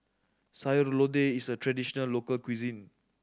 Sayur Lodeh is a traditional local cuisine